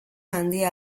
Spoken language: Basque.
handia